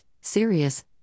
serious